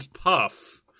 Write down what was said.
puff